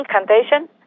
incantation